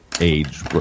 age